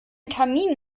kamin